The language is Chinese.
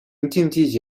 竞技